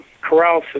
corral